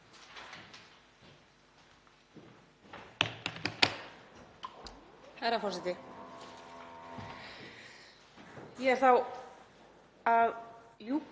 Hvað er að